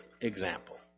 example